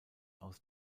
aus